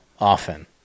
often